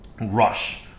rush